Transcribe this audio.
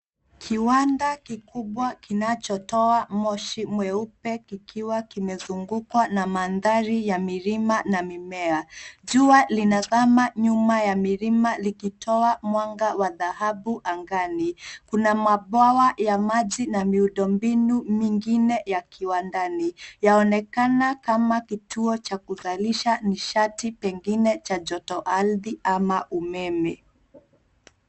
Kiwanda kikubwa kinachotoa moshi mweupe kikiwa kimezungukwa na mandhari ya milima na mimea. Jua linazama nyuma yamilima likitoa mwanga wa dhahabu angani. Kuna mabwawa ya maji na miundombinu mingine ya kiwandani. Yaonekana kama kituo cha kuzalisha nishati pengine cha jotoardhi ama umeme.